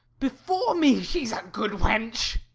before me, she's a good wench.